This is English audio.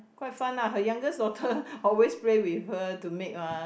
quite fun lah her youngest daughter always play with her to make mah